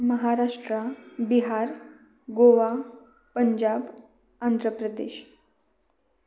Maharashtra Bihar Goa Punjab Andhra Pradesh